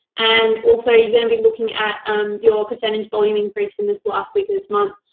and also, you're going to be looking at um your percentage volume increase in this last week of this month,